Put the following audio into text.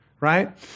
right